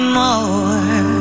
more